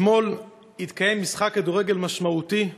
אתמול התקיים משחק כדורגל משמעותי,